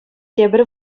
тепӗр